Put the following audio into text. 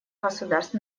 государств